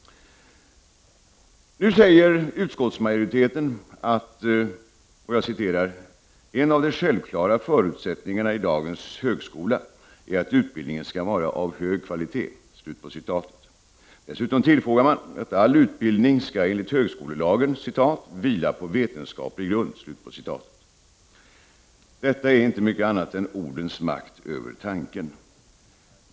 Nu säger utskottsmajoriteten att ”en av de självklara förutsättningarna i dagens högskola är att utbildningen skall vara av hög kvalitet”. Dessutom tillfogar man att all utbildning enligt högskolelagen skall ”vila på vetenskaplig grund”. Detta är inte mycket annat än ordens makt över tanken.